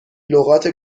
لغات